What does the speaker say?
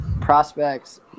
prospects